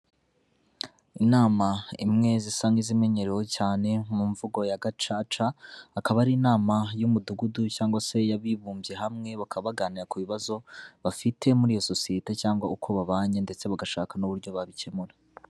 Inama imwe zisa n'izimenyerewe cyane mu mvugo ya Gacaca, akaba ari inama y'umudugudu cyangwa se y'abibumbye hamwe, bakaba baganira ku bibazo bafite muri iyo sosiyete cyangwa uko babanye ndetse bagashaka n'uburyo babikemura.